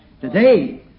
Today